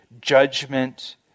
judgment